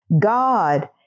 God